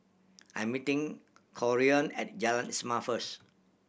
I'm meeting Corean at Jalan Ismail first